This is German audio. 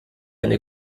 eine